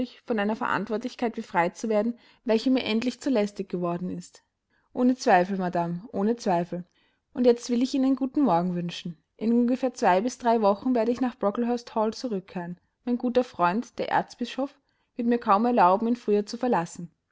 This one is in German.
von einer verantwortlichkeit befreit zu werden welche mir endlich zu lästig geworden ist ohne zweifel madame ohne zweifel und jetzt will ich ihnen guten morgen wünschen in ungefähr zwei bis drei wochen werde ich nach brocklehurst hall zurückkehren mein guter freund der erzbischof wird mir kaum erlauben ihn früher zu verlassen